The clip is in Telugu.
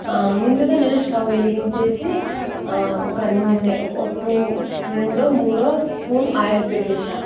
ముందుగా నేను స్టవ్ వెలిగించేసి ఒక నూనె ఒక టు రెండో మూడో స్పూన్ ఆయిల్ పెట్టాను